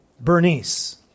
Bernice